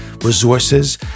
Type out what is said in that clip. resources